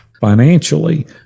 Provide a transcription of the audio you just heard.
financially